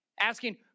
asking